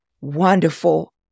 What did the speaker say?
wonderful